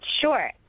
Sure